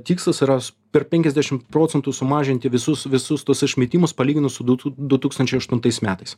tikslas yra per penkiasdešim procentų sumažinti visus visus tuos išmetimus palyginus su du tū du tūkstančiai aštuntais metais